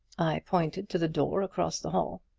i pointed to the door across the hall.